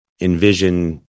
envision